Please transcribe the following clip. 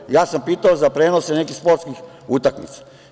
Dakle, ja sam pitao za prenose nekih sportskih utakmica.